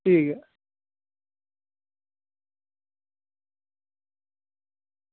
ठीक ऐ